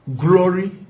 glory